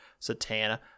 Satana